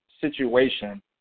situation